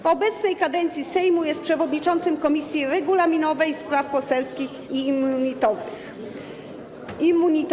W obecnej kadencji Sejmu jest przewodniczącym Komisji Regulaminowej, Spraw Poselskich i Immunitetowych.